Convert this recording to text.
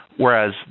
Whereas